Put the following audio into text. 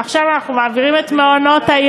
ועכשיו אנחנו מעבירים את מעונות-היום,